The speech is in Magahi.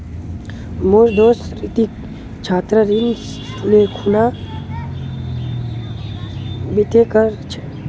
मोर दोस्त रितिक छात्र ऋण ले खूना बीटेक कर छ